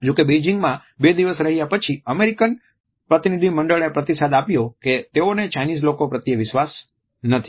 જો કે બેઇજિંગમાં બે દિવસ રહ્યા પછી અમેરીકન પ્રતિનિધિમંડળ એ પ્રતિસાદ આપ્યો કે તેઓને ચાઇનીઝ લોકો પ્રત્યે વિશ્વાસ નથી